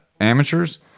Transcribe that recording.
amateurs